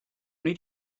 wnei